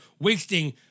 wasting